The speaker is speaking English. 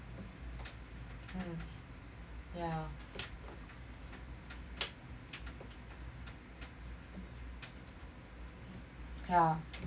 yeah